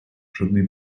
жодної